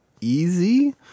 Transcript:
easy